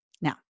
Now